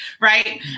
Right